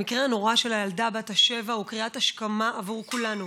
המקרה הנורא של הילדה בת השבע הוא קריאת השכמה בעבור כולנו.